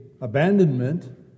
abandonment